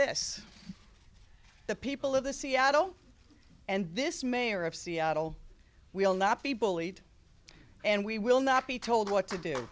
this the people of the seattle and this mayor of seattle will not be bullied and we will not be told what to do